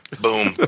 Boom